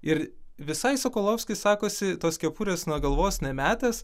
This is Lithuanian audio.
ir visai sokolovskis sakosi tos kepurės nuo galvos nemetęs